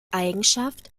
eigenschaft